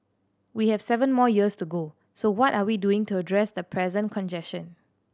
we have seven more years to go so what are we doing to address the present congestion